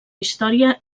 història